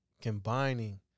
combining